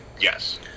Yes